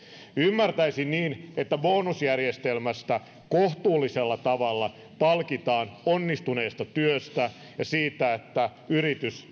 ymmärtäisin niin että bonusjärjestelmässä kohtuullisella tavalla palkitaan onnistuneesta työstä ja siitä että yritys